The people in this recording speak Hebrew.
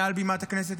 מעל בימת הכנסת,